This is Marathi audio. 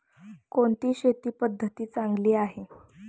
कोणती शेती पद्धती चांगली आहे?